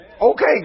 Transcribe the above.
Okay